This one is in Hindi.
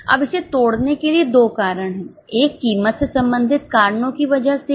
अब इसे तोड़ने के लिए 2 कारण हैं एक कीमत से संबंधित कारणों की वजह से है